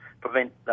prevent